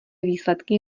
výsledky